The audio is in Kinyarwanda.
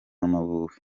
amavubi